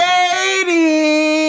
Lady